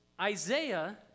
Isaiah